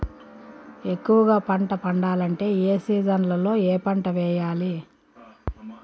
ఎక్కువగా పంట పండాలంటే ఏ సీజన్లలో ఏ పంట వేయాలి